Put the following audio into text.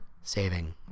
saving